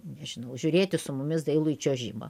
nežinau žiūrėti su mumis dailųjį čiuožimą